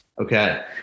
Okay